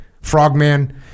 Frogman